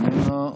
איננה.